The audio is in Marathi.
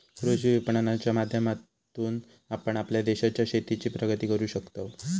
कृषी विपणनाच्या माध्यमातून आपण आपल्या देशाच्या शेतीची प्रगती करू शकताव